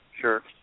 sure